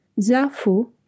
Zafu